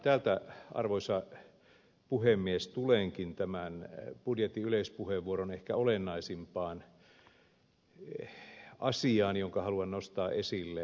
tästä arvoisa puhemies tulenkin tämän budjetin yleispuheenvuoron ehkä olennaisimpaan asiaan jonka haluan nostaa esille